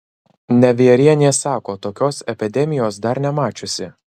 nevierienė sako tokios epidemijos dar nemačiusi